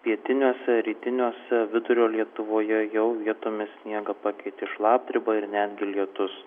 pietiniuose rytiniuose vidurio lietuvoje jau vietomis sniegą pakeitė šlapdriba ir netgi lietus